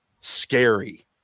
scary